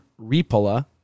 Ripola